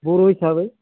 बर' हिसाबै